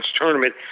tournament